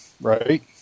right